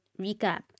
recap